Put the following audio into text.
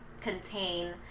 contain